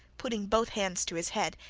putting both hands to his head,